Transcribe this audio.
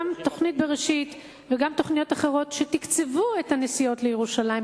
גם תוכנית "בראשית" וגם תוכניות אחרות שתקצבו את הנסיעות לירושלים,